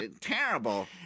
terrible